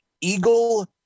Eagle